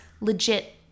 legit